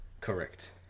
correct